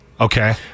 Okay